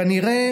כנראה